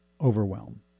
overwhelm